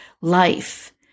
life